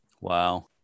Wow